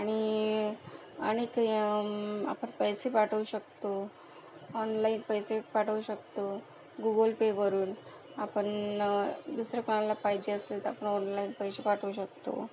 आणि आणि आपण पैसे पाठवू शकतो ऑनलाईन पैसे पाठवू शकतो गुगल पे वरून आपण दुसरं कोणाला पाहिजे असेल तर आपण ऑनलाईन पैसे पाठवू शकतो